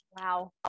Wow